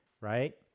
right